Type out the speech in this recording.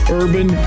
urban